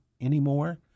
anymore